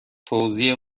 توزیع